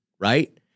Right